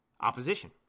opposition